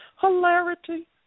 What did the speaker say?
Hilarity